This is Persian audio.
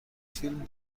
فیلم